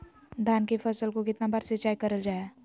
धान की फ़सल को कितना बार सिंचाई करल जा हाय?